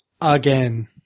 again